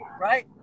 right